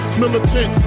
militant